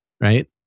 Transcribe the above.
right